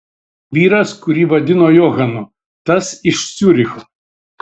vyras kurį vadino johanu tas iš ciuricho